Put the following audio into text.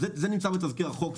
זה נמצא בתזכיר החוק.